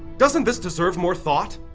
doesn't this deserve more thought?